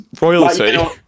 royalty